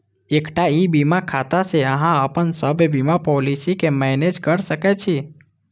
एकटा ई बीमा खाता सं अहां अपन सब बीमा पॉलिसी कें मैनेज कैर सकै छी